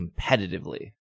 competitively